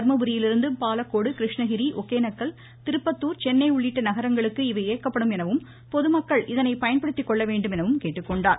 தர்மபுரியிலிருந்து பாலக்கோடு கிருஷ்ணகிரி ஒகேனக்கல் திருப்பத்தூர் சென்னை உள்ளிட்ட நகரங்களுக்கு இவை இயக்கப்படும் எனவும் பொதுமக்கள் இதனை பயன்படுத்திக் கொள்ள வேண்டும் என்றும் கேட்டுக்கொண்டார்